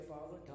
Father